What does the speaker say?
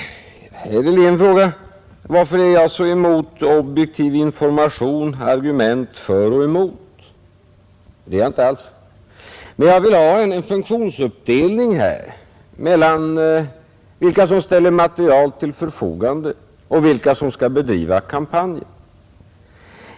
Herr Helén frågade varför jag är så emot objektiv information, argument för och emot. Det är jag inte alls. Men jag vill ha en funktionsuppdelning mellan dem som ställer material till förfogande och dem som skall bedriva kampanjer.